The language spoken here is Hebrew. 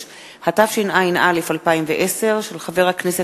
התשע"א 2010, מאת חבר הכנסת